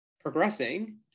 progressing